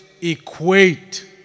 equate